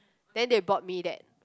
then they bought me that